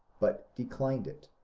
but declined it,